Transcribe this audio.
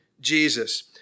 Jesus